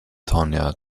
tony